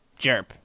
Jerp